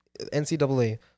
NCAA